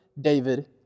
David